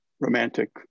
romantic